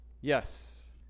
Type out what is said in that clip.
Yes